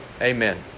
Amen